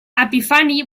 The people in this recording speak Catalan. epifani